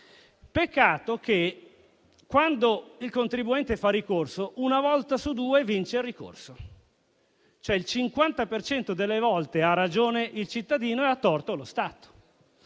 Peccato che, quando il contribuente fa ricorso, una volta su due vince, vale a dire che il 50 per cento delle volte ha ragione il cittadino e ha torto lo Stato.